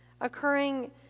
occurring